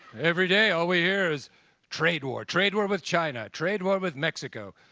everyday all we hear is trade war, trade war with china, trade war with mexico.